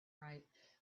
right